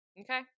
Okay